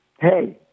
hey